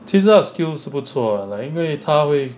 其实它的 skills 是不错的 like 因为它会